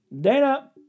Dana